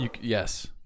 Yes